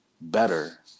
better